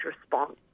response